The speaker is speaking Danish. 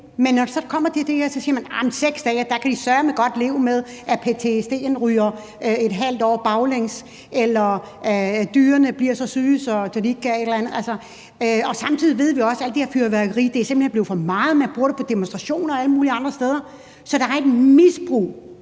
Men når det så kommer til det her, siger man: Jamen 6 dage kan de søreme godt leve med, at ptsd'en ryger et halvt år baglæns, eller at dyrene bliver så syge, at de ikke kan et eller andet. Samtidig ved vi også, at alt det her fyrværkeri simpelt hen er blevet for meget. Man bruger det til demonstrationer og alle mulige andre steder. Så der er et misbrug.